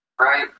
right